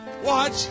watch